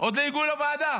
עוד לא הגיעו לוועדה,